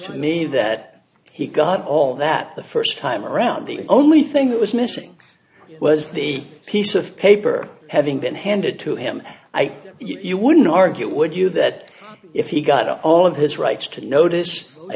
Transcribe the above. to me that he got all that the first time around the only thing that was missing was the piece of paper having been handed to him by you wouldn't argue with you that if he got all of his rights to notice